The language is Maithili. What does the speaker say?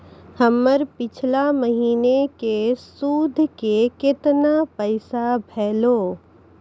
हमर पिछला महीने के सुध के केतना पैसा भेलौ?